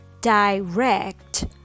direct